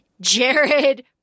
Jared